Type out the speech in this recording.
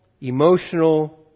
emotional